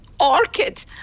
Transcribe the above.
Orchid